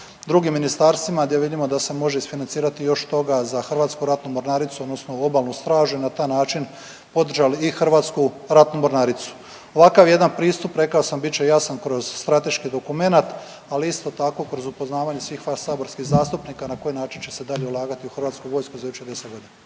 drugim ministarstvima gdje vidimo da se može isfinancirati još toga za Hrvatsku ratnu mornaricu, odnosno obalnu stražu i na taj način održali i Hrvatsku ratnu mornaricu. Ovakav jedan pristup rekao sam bit će jasan kroz strateški dokumenat, ali isto tako kroz upoznavanje svih saborskih zastupnika na koji način će se dalje ulagati u Hrvatsku vojsku za idućih 10 godina.